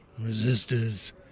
resistors